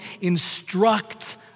instruct